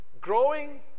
growing